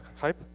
hype